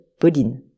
Pauline